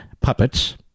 puppets